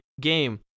game